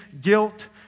guilt